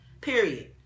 Period